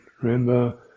remember